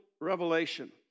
revelation